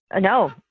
no